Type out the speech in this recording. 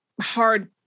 hard